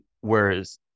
Whereas